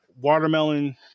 Watermelon